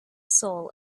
soul